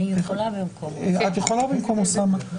הצבעה אושרה.